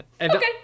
Okay